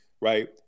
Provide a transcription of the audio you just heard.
right